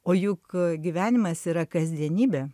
o juk gyvenimas yra kasdienybė